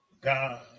God